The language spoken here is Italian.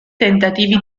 tentativi